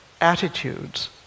attitudes